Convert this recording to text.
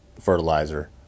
fertilizer